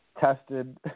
tested